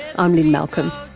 i'm lynne malcolm,